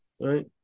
right